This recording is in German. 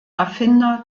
erfinder